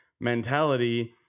mentality